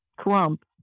Trump